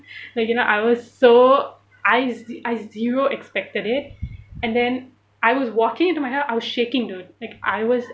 like you know I was so I the I zero expected it and then I was walking into my house I was shaking dude like I was